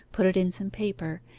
put it in some paper,